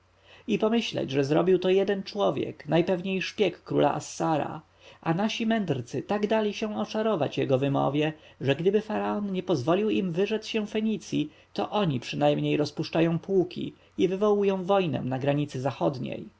i pomyśleć że zrobił to jeden człowiek najpewniej szpieg króla assara a nasi mędrcy tak dali się oczarować jego wymowie że gdy faraon nie pozwolił im wyrzec się fenicji to oni przynajmniej rozpuszczają pułki i wywołują wojnę na granicy zachodniej